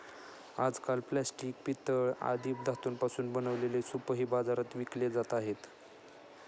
आजकाल प्लास्टिक, पितळ आदी धातूंपासून बनवलेले सूपही बाजारात विकले जात आहेत